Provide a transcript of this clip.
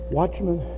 watchmen